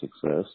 success